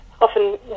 often